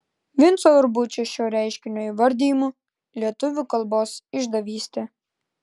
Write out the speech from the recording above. vinco urbučio šio reiškinio įvardijimu lietuvių kalbos išdavystė